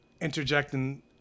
interjecting